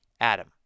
Adam